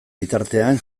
bitartean